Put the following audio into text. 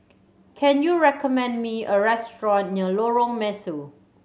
can you recommend me a restaurant near Lorong Mesu